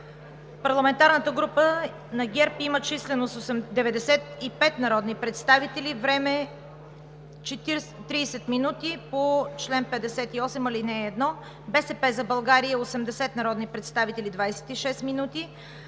Парламентарната група на ГЕРБ има численост 95 народни представители и време 30 минути по чл. 58, ал. 1; „БСП за България“ – 80 народни представители и 26 минути;